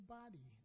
body